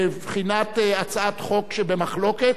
בבחינת הצעת חוק שבמחלוקת,